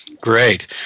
Great